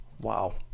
Wow